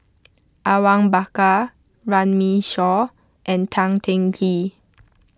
Awang Bakar Runme Shaw and Tan Teng Kee